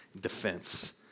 defense